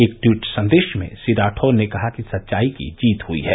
एक टवीट संदेश में श्री राठौर ने कहा कि सच्चाई की जीत हुई है